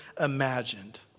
imagined